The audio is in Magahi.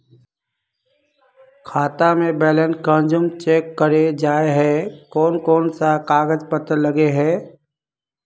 खाता में बैलेंस कुंसम चेक करे जाय है कोन कोन सा कागज पत्र लगे है?